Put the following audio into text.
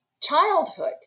childhood